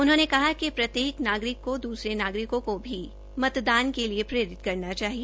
उन्होंने कहा कि प्रत्येक नागरिक को दूसरो को भी मतदान के लिए प्रेरित करना चाहिए